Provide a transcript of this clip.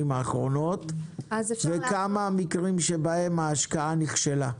האחרונות וכמה מקרים שבהם ההשקעה נכשלה?